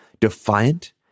defiant